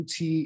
UT